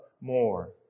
more